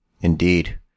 Indeed